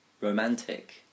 romantic